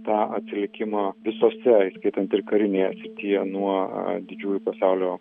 tą atsilikimą visose įskaitant ir karinėje srityje nuo didžiųjų pasaulio